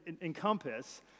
encompass